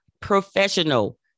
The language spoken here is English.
professional